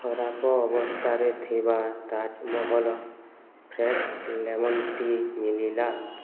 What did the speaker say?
ଖରାପ ଅବସ୍ଥାରେ ଥିବା ତାଜମହଲ ଫ୍ରେଶ୍ ଲେମନ୍ ଟି ମିଳିଲା